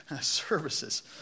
services